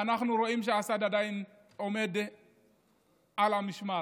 ואנחנו רואים שאסאד עדיין עומד על המשמר.